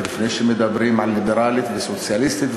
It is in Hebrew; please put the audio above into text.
ולפני שמדברים על "ליברלית וסוציאליסטית",